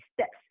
steps